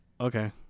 okay